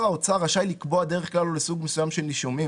"שר האוצר רשאי לקבוע דרך כלל ולסוג מסוים של נישומים,